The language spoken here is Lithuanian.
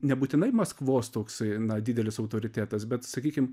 nebūtinai maskvos toksai na didelis autoritetas bet sakykim